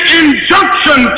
injunction